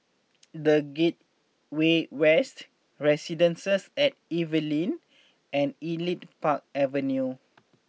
The Gateway West Residences at Evelyn and Elite Park Avenue